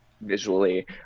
visually